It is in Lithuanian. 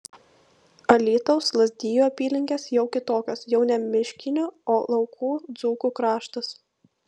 alytaus lazdijų apylinkės jau kitokios jau ne miškinių o laukų dzūkų kraštas